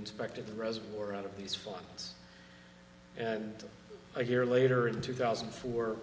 inspected the reservoir out of these funds and i hear later in two thousand and four